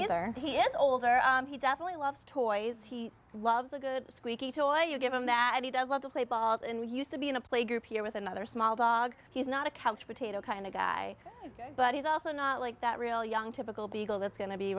or he is older he definitely loves toys he loves a good squeaky toy you give him that he does love to play ball and he used to be in a playgroup here with another small dog he's not a couch potato kind of guy but he's also not like that real young typical beagle that's go